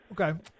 Okay